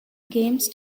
games